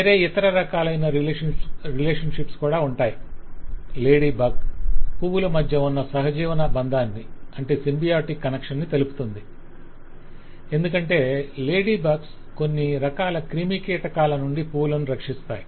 వేరే ఇతర రకాలైన రిలేషనషిప్స్ కూడా ఉంటాయి లేడీ బగ్ పువ్వుల మధ్య ఉన్న సహజీవన సంబందాన్ని సింబయోటిక్ కనెక్షన్ తెలుపుతుంది ఎందుకంటే లేడీ బగ్స్ కొన్ని రకాల క్రిమికీటకాల నుండి పువ్వులను రక్షిస్తాయి